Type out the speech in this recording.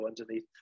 underneath